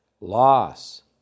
loss